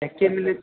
एके मिलै छै